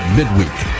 midweek